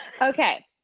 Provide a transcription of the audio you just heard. Okay